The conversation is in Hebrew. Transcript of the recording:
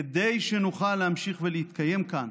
כדי שנוכל להמשיך ולהתקיים כאן